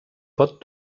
pot